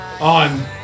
On